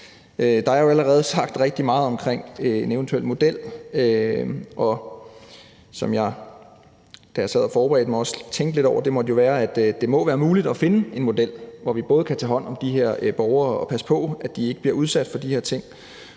Der er jo allerede sagt rigtig meget omkring en eventuel model, og det, som jeg, da jeg sad og forberedte mig, også tænkte lidt over, var, at det jo må være muligt at finde en model, hvor vi både kan tage hånd om de her borgere og passe på, at de ikke bliver udsat for de her ting,